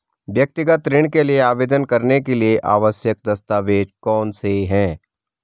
व्यक्तिगत ऋण के लिए आवेदन करने के लिए आवश्यक दस्तावेज़ कौनसे हैं?